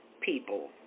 people